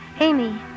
Amy